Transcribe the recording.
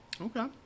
Okay